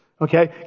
Okay